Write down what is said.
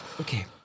Okay